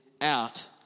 out